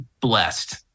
blessed